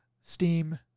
Steam